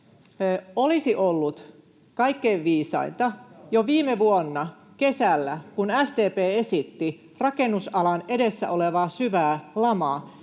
olisi ollut kaikkein viisainta jo viime vuonna kesällä, kun SDP esitti rakennusalan edessä olevaa syvää lamaa,